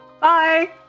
Bye